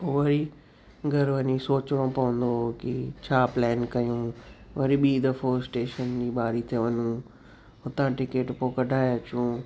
पोइ वरी घरु वञी सोचिणो पवंदो हुओ की छा प्लेन कयूं वरी ॿीं दफ़ो स्टेशन जी ॿारी ते वञू हुतां पोइ टिकेटूं कढाए अचूं